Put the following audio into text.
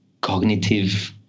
cognitive